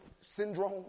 syndrome